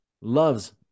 loves